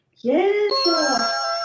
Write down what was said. Yes